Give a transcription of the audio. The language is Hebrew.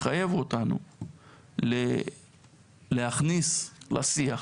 מחייב אותנו להכניס לשיח